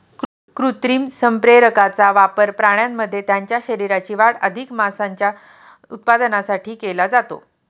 कृत्रिम संप्रेरकांचा वापर प्राण्यांमध्ये त्यांच्या शरीराची वाढ अधिक मांसाच्या उत्पादनासाठी केला जातो